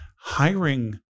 hiring